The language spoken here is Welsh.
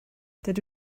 dydw